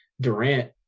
Durant